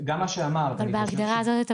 גם מה שאמרת --- אבל בהגדרה הזאת אתה